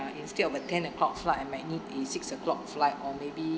uh instead of a ten o'clock flight I might need a six o'clock flight or maybe